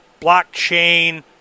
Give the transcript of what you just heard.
blockchain